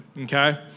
okay